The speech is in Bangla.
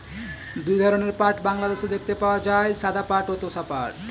দুই ধরনের পাট বাংলাদেশে দেখতে পাওয়া যায়, সাদা পাট ও তোষা পাট